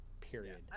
Period